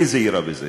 היי זהירה בזה.